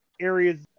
areas